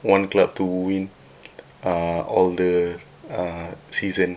one club to win uh all the uh season